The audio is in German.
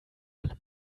alle